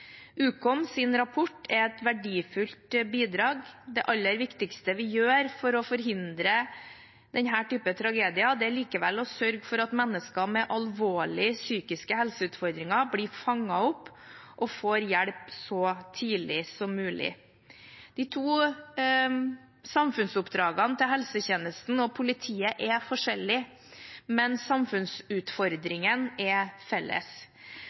rapport er et verdifullt bidrag. Det aller viktigste vi gjør for å forhindre denne type tragedier, er likevel å sørge for at mennesker med alvorlige psykiske helseutfordringer blir fanget opp og får hjelp så tidlig som mulig. De to samfunnsoppdragene til helsetjenesten og politiet er forskjellige, men samfunnsutfordringen er felles.